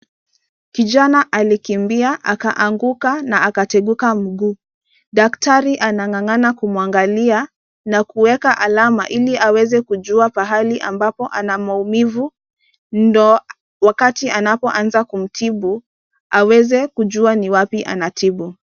Kijana alikimbia akaanguka na akateguka mguu. Daktari anang'ang'ana kumwangalia na kuweka alama ili aweze kujua pahali ambapo ana maumivu ndio wakati anapoanza kumtibu, aweze kujua ni wapi anatibu.